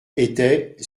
était